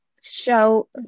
show